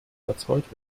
verzollt